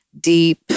deep